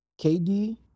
KD